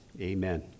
Amen